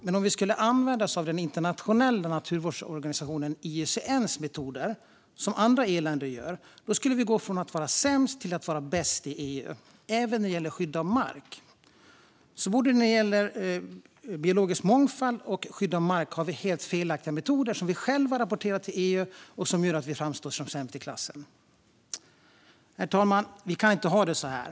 Men om vi skulle använda oss av den internationella naturvårdsorganisationen IUCN:s metoder, som andra EU-länder gör, skulle vi gå från att vara sämst till att vara bäst i EU, även när det gäller skydd av mark. När det gäller både biologisk mångfald och skydd av mark har vi alltså helt felaktiga metoder för hur vi själva rapporterar till EU, vilket gör att vi framstår som sämst i klassen. Herr talman! Vi kan inte ha det så här.